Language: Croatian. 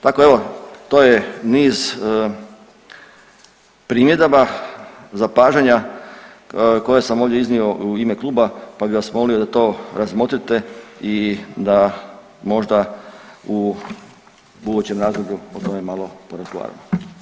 Tako evo to je niz primjedaba zapažanja koja sam ovdje iznio u ime kluba pa bi vas molio da to razmotrite i da možda u budućem razdoblju o tome malo porazgovaramo.